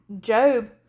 Job